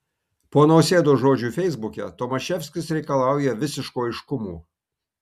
po nausėdos žodžių feisbuke tomaševskis reikalauja visiško aiškumo